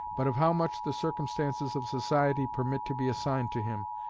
but of how much the circumstances of society permit to be assigned to him,